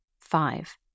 Five